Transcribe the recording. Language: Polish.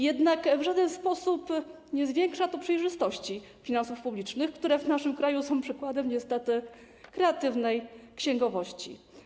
Jednak w żaden sposób nie zwiększa to przejrzystości finansów publicznych, które w naszym kraju są niestety przykładem kreatywnej księgowości.